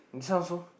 this one also